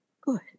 Good